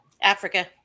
Africa